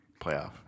Playoff